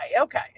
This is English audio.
Okay